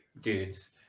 dudes